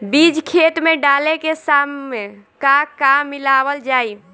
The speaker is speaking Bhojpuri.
बीज खेत मे डाले के सामय का का मिलावल जाई?